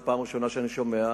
זו פעם ראשונה שאני שומע,